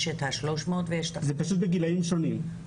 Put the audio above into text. זה פשוט בגילאים שונים.